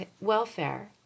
welfare